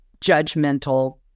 judgmental